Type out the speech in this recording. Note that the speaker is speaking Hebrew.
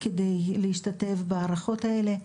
כדי להשתתף בהערכות האלה.